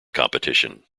competition